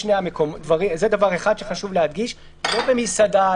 זה דבר אחד שחשוב להדגיש - לא במסעדה,